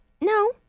No